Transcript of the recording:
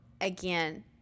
again